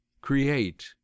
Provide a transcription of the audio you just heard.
Create